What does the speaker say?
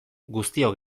guztiok